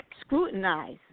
Scrutinize